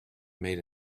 made